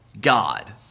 God